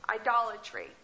idolatry